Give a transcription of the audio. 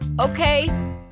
Okay